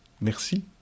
Merci